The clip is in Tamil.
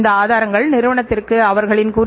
இந்த சிவப்புக் கோடு சில நேரங்களில் 0